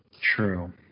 True